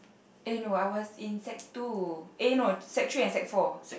eh no I was in sec two eh no sec three and sec four